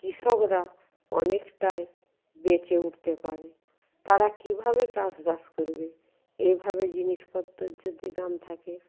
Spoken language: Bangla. কৃষকরা অনেকটাই বেঁচে উটতে পারে তারা কীভাবে চাষবাস করবে এইভাবে জিনিসপত্রর যদি দাম থাকে